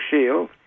Shield